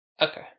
okay